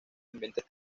ambientes